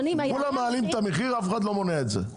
כולם מעלים את המחירים ואף אחד לא מונע את זה.